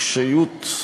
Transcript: קשיות,